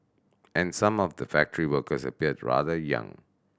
and some of the factory workers appeared rather young